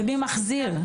ומי מחזיר?